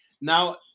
Now